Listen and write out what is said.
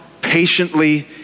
patiently